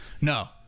No